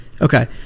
Okay